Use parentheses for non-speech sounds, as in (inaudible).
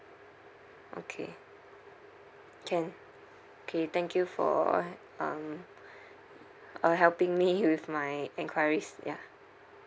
okay can okay thank you for uh um (breath) uh helping me with my enquiries ya